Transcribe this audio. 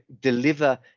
deliver